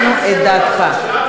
אין סבל בצד שלנו?